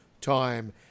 time